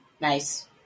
nice